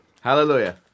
Hallelujah